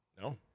no